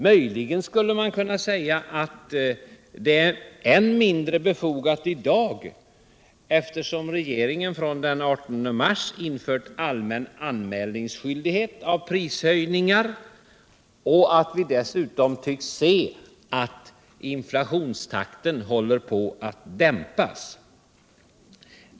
Möjligen skulle man kunna säga att det är än mindre befogat i dag att införa prisstopp, eftersom regeringen från den 18 mars infört allmän anmälningsskyldighet för prishöjningar och videssutom tycks kunna se att inflationstakten håller på att dämpas.